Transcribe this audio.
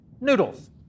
Noodles